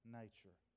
nature